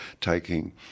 taking